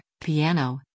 piano